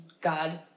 God